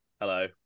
hello